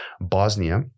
Bosnia